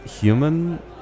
human